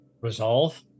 Resolve